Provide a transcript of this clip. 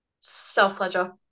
self-pleasure